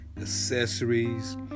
accessories